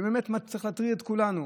ובאמת זה צריך להטריד את כולנו.